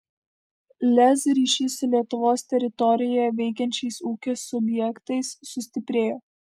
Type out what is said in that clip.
lez ryšys su lietuvos teritorijoje veikiančiais ūkio subjektais sustiprėjo